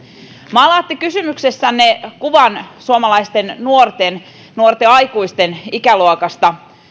maalaatte kysymyksessänne kuvan suomalaisten nuorten nuorten aikuisten ikäluokasta